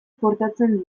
portatzen